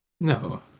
No